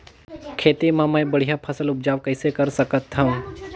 खेती म मै बढ़िया फसल उपजाऊ कइसे कर सकत थव?